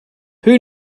who